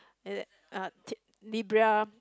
it is Libra